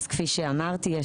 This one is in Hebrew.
כפי שאמרתי,